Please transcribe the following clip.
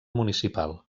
municipal